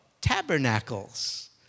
Tabernacles